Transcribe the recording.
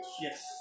Yes